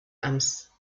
أمس